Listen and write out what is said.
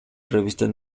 revistas